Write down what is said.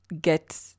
get